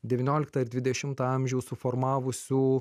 devynioliktą ir dvidešimtą amžių suformavusių